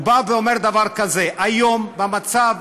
הוא בא ואומר דבר כזה: היום, במצב